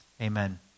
Amen